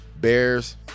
Bears